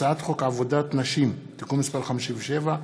הצעת חוק עבודת נשים (תיקון מס' 57)